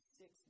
six